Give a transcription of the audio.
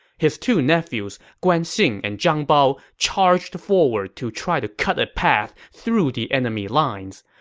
his two nephews, guan xing and zhang bao, charged forward to try to cut a path through the enemy lines,